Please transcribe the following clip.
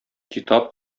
китап